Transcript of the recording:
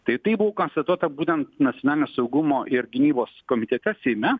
tai į tai buvo konstatuota būnant nacionalinio saugumo ir gynybos komitete seime